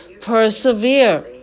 persevere